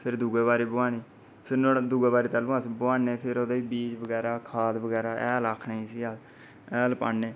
फिर दूऐ बारी बूआनी फ्ही बीज बगैरा खाद बगैरा हैल आखने जिस्सी अस हैल पान्ने